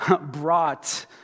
brought